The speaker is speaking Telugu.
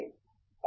professor G